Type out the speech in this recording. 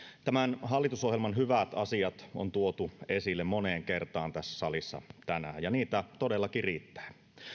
tämän hallitusohjelman hyvät asiat on tuotu esille moneen kertaan tässä salissa tänään ja niitä todellakin riittää